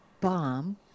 bomb